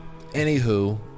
Anywho